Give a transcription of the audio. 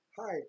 Hi